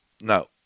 No